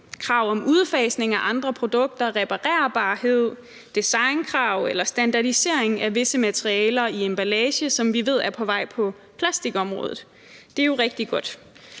krav om udfasning af andre produkter, reparerbarhed, designkrav eller standardisering af visse materialer i emballage, som vi ved er på vej på plastikområdet. Det er jo rigtig godt.